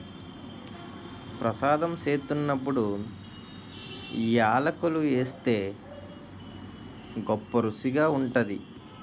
ప్రసాదం సేత్తున్నప్పుడు యాలకులు ఏస్తే గొప్పరుసిగా ఉంటాది